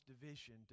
division